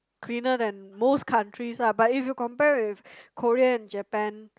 cleaner than most countries lah but if you compare with Korean and Japan